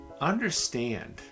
understand